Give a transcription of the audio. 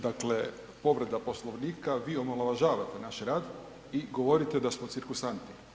Dakle, povreda Poslovnika, vi omalovažavate naš rad i govorite da smo cirkusanti.